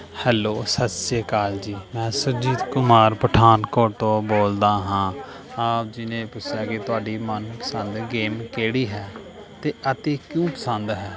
hello ਸਤਿ ਸ਼੍ਰੀ ਅਕਾਲ ਜੀ ਮੈਂ ਸੁਰਜੀਤ ਕੁਮਾਰ ਪਠਾਨਕੋਟ ਤੋਂ ਬੋਲਦਾ ਹਾਂ ਆਪ ਜੀ ਨੇ ਪੁੱਛਿਆ ਕਿ ਤੁਹਾਡੀ ਮਨਪਸੰਦ ਗੇਮ ਕਿਹੜੀ ਹੈ ਤੇ ਅਤੇ ਕਿਉਂ ਪਸੰਦ ਹੈ